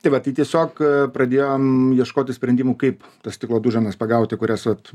tai va tai tiesiog pradėjom ieškoti sprendimų kaip tas stiklo duženas pagauti kurias vat